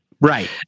Right